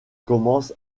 commence